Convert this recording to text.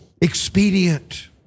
expedient